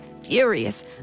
furious